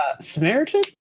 Samaritan